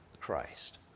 Christ